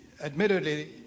admittedly